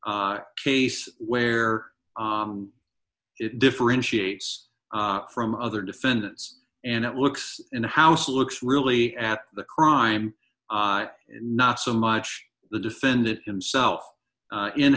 case where it differentiates it from other defendants and it looks in the house looks really at the crime not so much the defendant himself in